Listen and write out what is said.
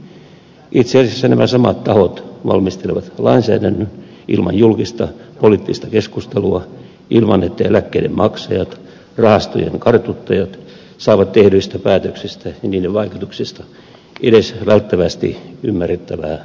itse asiassa nämä samat tahot valmistelevat lainsäädännön ilman julkista poliittista keskustelua ilman että eläkkeiden maksajat rahastojen kartuttajat saavat tehdyistä päätöksistä ja niiden vaikutuksista edes välttävästi ymmärrettävää tietoa